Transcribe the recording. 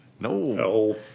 No